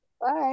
bye